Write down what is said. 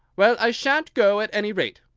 well, i sha'n't go, at any rate,